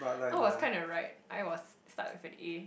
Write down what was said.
out of kind of right I was start with a A